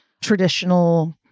traditional